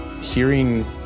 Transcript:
hearing